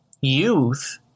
youth